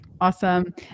Awesome